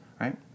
right